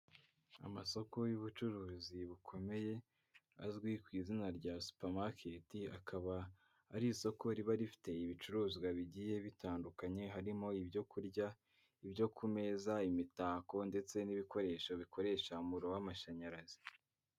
Amasoko y'ubucuruzi bukomeye azwi ku izina rya supamaketi akaba ari isoko riba rifite ibicuruzwa bigiye bitandukanye harimo ibyo kurya, ibyo ku meza, imitako ndetse n'ibikoresho bikoresha umuriro w'amashanyarazi.